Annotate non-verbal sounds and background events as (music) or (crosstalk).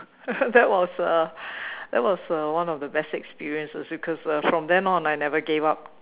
(laughs) that was uh that was uh one of the best experiences because uh from then on I never gave up